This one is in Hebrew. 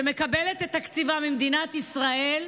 שמקבלת את תקציבה ממדינת ישראל,